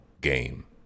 game